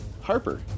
Harper